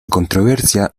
controversia